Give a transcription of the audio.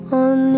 on